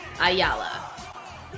Ayala